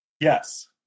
Yes